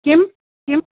किं किं